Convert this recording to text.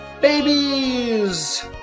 babies